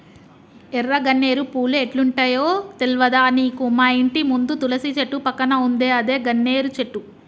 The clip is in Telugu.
ఎర్ర గన్నేరు పూలు ఎట్లుంటయో తెల్వదా నీకు మాఇంటి ముందు తులసి చెట్టు పక్కన ఉందే అదే గన్నేరు చెట్టు